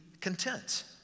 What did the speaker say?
content